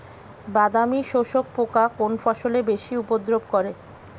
বাদামি শোষক পোকা কোন ফসলে বেশি উপদ্রব করে?